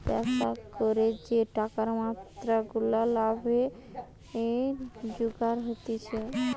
ব্যবসা করে যে টাকার মাত্রা গুলা লাভে জুগার হতিছে